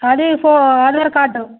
అది ఫో ఆధార్ కార్డ్